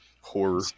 horror